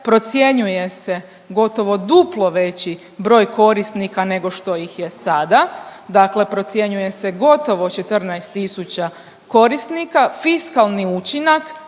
procjenjuje se gotovo duplo veći broj korisnika nego što ih je sada, dakle procjenjuje se gotovo 14 tisuća korisnika. Fiskalni učinak